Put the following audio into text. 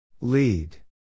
Lead